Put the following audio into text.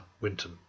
Winton